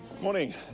morning